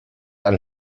ein